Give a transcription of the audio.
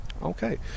Okay